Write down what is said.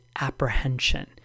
apprehension